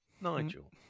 Nigel